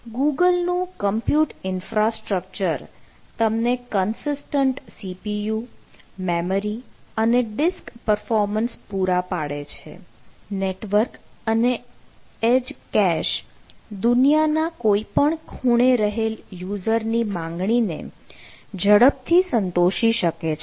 ગૂગલનું compute infrastructure તમને consistent CPU દુનિયાના કોઈપણ ખૂણે રહેલ યુઝરની માંગણીને ઝડપથી સંતોષી શકે છે